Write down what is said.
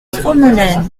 fromelennes